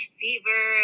fever